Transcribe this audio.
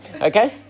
okay